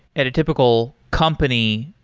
at a typical company,